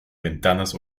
ventanas